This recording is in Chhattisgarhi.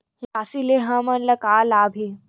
राशि से हमन ला का लाभ हे?